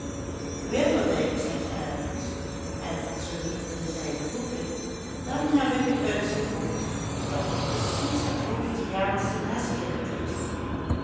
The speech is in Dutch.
bilderdijk zegt ergens en zoo niet in zijne boeken dan heb ik het uit zijn mond dat het precies het hooftiaansche neskheit is